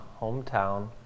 Hometown